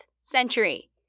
century